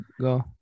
Go